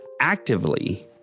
actively